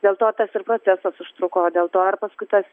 dėl to tas ir procesas užtruko dėl to ir paskui tas